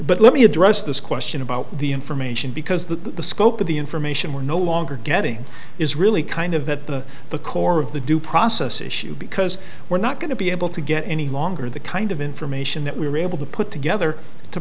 but let me address this question about the information because the scope of the information we're no longer getting is really kind of that the the core of the due process issue because we're not going to be able to get any longer the kind of information that we were able to put together to